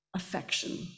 affection